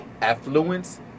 affluence